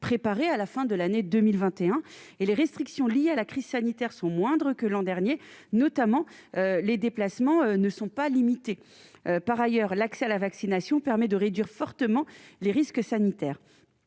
préparé à la fin de l'année 2021 et les restrictions liées à la crise sanitaire sont moindres que l'an dernier, notamment les déplacements ne sont pas limités par ailleurs l'accès à la vaccination permet de réduire fortement les risques sanitaires,